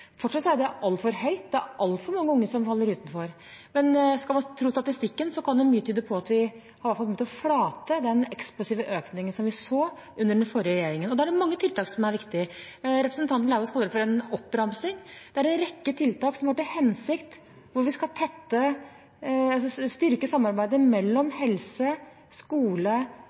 er det altfor høyt, det er altfor mange unge som faller utenfor. Men skal man tro på statistikken, kan mye tyde på at vi i hvert fall har begynt å flate ut den eksplosive økningen vi så under den forrige regjeringen. Da er det mange tiltak som er viktige. Representanten Lauvås går inn for en oppramsing. Det er en rekke tiltak hvor vi skal styrke samarbeidet mellom helse, skole